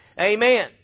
Amen